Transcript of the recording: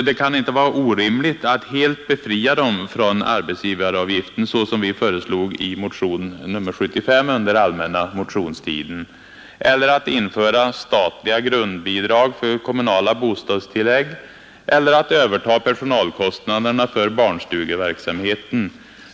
Det kan inte vara orimligt att helt befria dem från arbetsgivaravgiften, så som vi föreslog i motion nr 75 under den allmänna motionstiden, eller att införa statliga grundbidrag till kommunala bostadstillägg eller att överta personalkostnaderna för barnstugeverksamheten.